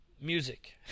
music